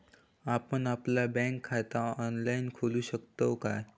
आपण आपला बँक खाता ऑनलाइनव खोलू शकतव काय?